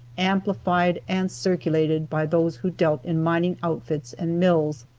amplified and circulated by those who dealt in mining outfits and mills.